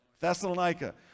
Thessalonica